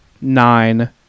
nine